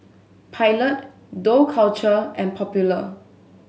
Pilot Dough Culture and Popular